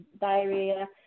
diarrhea